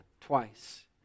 twice